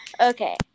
Okay